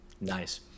nice